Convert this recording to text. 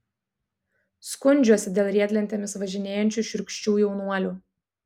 skundžiuosi dėl riedlentėmis važinėjančių šiurkščių jaunuolių